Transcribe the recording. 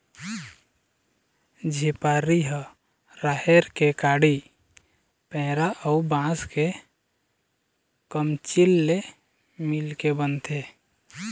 झिपारी ह राहेर के काड़ी, पेरा अउ बांस के कमचील ले मिलके बनथे